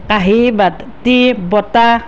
কাঁহী বাতি বঁটা